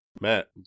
matt